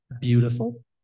beautiful